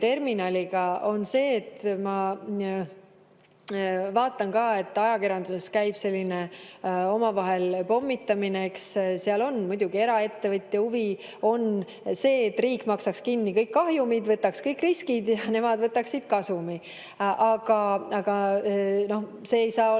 LNG‑terminaliga on see, et ma vaatan, et ajakirjanduses käib selline omavahel pommitamine. Seal on muidugi eraettevõtja huvi, mis on see, et riik maksaks kinni kõik kahjumid, võtaks kõik riskid ja nemad võtaksid kasumi. Aga see ei saa